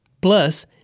Plus